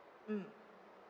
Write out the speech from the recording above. mm